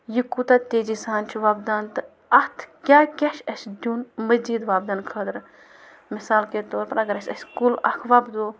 یہِ کوٗتاہ تیزی سان چھِ وۄپدان تہٕ اَتھ کیٛاہ کیٛاہ چھِ اَسہِ دیُن مٔزیٖد وۄپدَن خٲطرٕ مِثال کے طور پَر اَگر اَسہِ اَسہِ کُل اَکھ وۄپدو